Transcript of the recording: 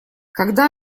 когда